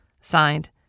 Signed